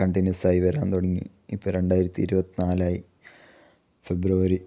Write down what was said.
continuous ആയി വരാൻ തുടങ്ങി ഇപ്പോൾ രണ്ടായിരത്തി ഇരുപത്തിനാലായി ഫെബ്രുവരി